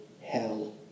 hell